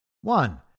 One